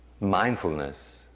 Mindfulness